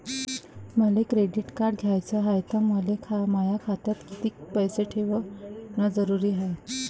मले credit card घ्याचं हाय, त मले माया खात्यात कितीक पैसे ठेवणं जरुरीच हाय?